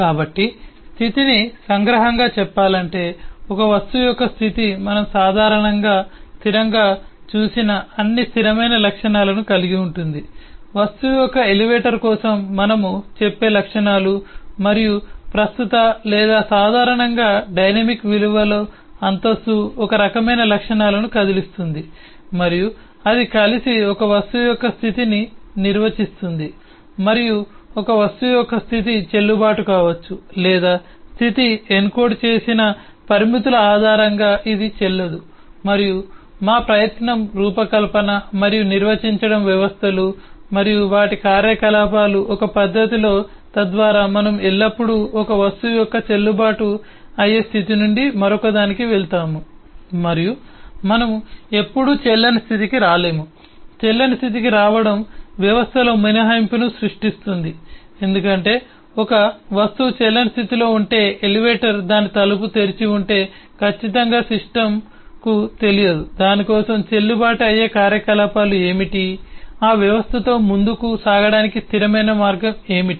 కాబట్టి స్థితిని సంగ్రహంగా చెప్పాలంటే ఒక వస్తువు యొక్క స్థితి మనం సాధారణంగా స్థిరంగా చూసిన అన్ని స్థిరమైన లక్షణాలను కలిగి ఉంటుంది వస్తువు యొక్క ఎలివేటర్ కోసం మనము చెప్పే లక్షణాలు మరియు ప్రస్తుత లేదా సాధారణంగా డైనమిక్ విలువలు అంతస్తు ఒక రకమైన లక్షణాలను కదిలిస్తుంది మరియు అది కలిసి ఒక వస్తువు యొక్క స్థితిని నిర్వచిస్తుంది మరియు ఒక వస్తువు యొక్క స్థితి చెల్లుబాటు కావచ్చు లేదా స్థితి ఎన్కోడ్ చేసిన పరిమితుల ఆధారంగా ఇది చెల్లదు మరియు మా ప్రయత్నం రూపకల్పన మరియు నిర్వచించడం వ్యవస్థలు మరియు వాటి కార్యకలాపాలు ఒక పద్ధతిలో తద్వారా మనము ఎల్లప్పుడూ ఒక వస్తువు యొక్క చెల్లుబాటు అయ్యే స్థితి నుండి మరొకదానికి వెళ్తాము మరియు మనము ఎప్పుడూ చెల్లని స్థితికి రాలేము చెల్లని స్థితికి రావడం వ్యవస్థలో మినహాయింపును సృష్టిస్తుంది ఎందుకంటే ఒక వస్తువు చెల్లని స్థితిలో ఉంటే ఎలివేటర్ దాని తలుపు తెరిచి ఉంటే ఖచ్చితంగా సిస్టమ్కు తెలియదు దాని కోసం చెల్లుబాటు అయ్యే కార్యకలాపాలు ఏమిటి ఆ వ్యవస్థతో ముందుకు సాగడానికి స్థిరమైన మార్గం ఏమిటి